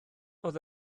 oedd